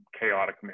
chaotic